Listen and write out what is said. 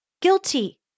guilty